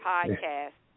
Podcast